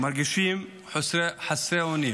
מרגישים חסרי אונים.